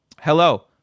Hello